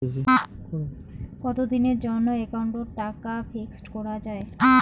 কতদিনের জন্যে একাউন্ট ওত টাকা ফিক্সড করা যায়?